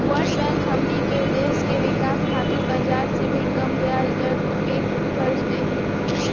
world Bank हमनी के देश के विकाश खातिर बाजार से भी कम ब्याज दर पे कर्ज दिही